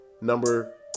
Number